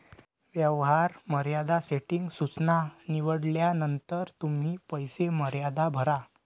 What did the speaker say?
व्यवहार मर्यादा सेटिंग सूचना निवडल्यानंतर तुम्ही पैसे मर्यादा भरा